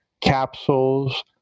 capsules